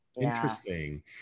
Interesting